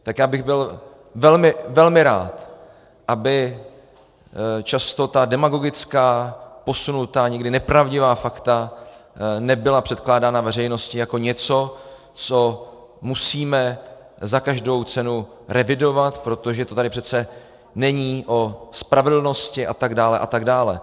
Tak já bych byl velmi, velmi rád, aby často ta demagogická, posunutá, někdy nepravdivá fakta nebyla předkládána veřejnosti jako něco, co musíme za každou cenu revidovat, protože to tady přece není o spravedlnosti a tak dále a tak dále.